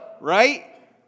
Right